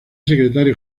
secretario